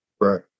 right